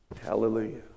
Hallelujah